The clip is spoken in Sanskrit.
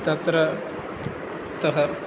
तत्र ते